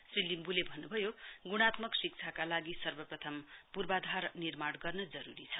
श्री लिम्बुले भन्नुभयोः गुणात्मक शिक्षाका लागि सर्वप्रथम पूर्वाधार निर्माण गर्न जरूरी छ